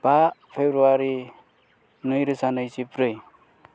बा फेब्रुवारि नैरोजा नैजिब्रै